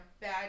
bad